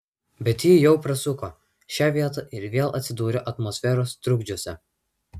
bet ji jau prasuko šią vietą ir vėl atsidūrė atmosferos trukdžiuose